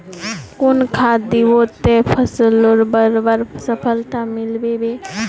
कुन खाद दिबो ते फसलोक बढ़वार सफलता मिलबे बे?